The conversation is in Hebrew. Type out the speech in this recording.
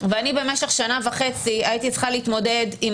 ואני במשך שנה וחצי הייתי צריכה להתמודד עם